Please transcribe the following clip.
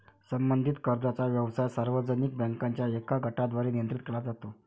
संबंधित कर्जाचा व्यवसाय सार्वजनिक बँकांच्या एका गटाद्वारे नियंत्रित केला जातो